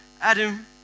Adam